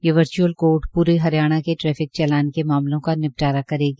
यह virtual court पूरे हरियाणा के ट्रैफिक चालान के मामलों का निपटारा करेगी